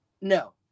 No